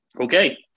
Okay